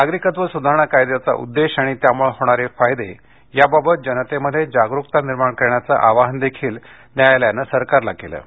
नागरिकत्व सुधारणा कायद्याचा उद्देश आणि त्यामुळे होणारे फायदे याबाबत जनतेमध्ये जागरुकता निर्माण करण्याचं आवाहनही न्यायालयानं सरकारला केलं आहे